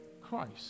Christ